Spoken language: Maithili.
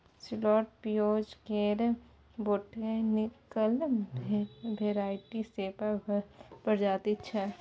सैलोट पिओज केर बोटेनिकल भेराइटी सेपा प्रजाति छै